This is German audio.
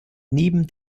neben